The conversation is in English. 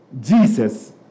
Jesus